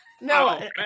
no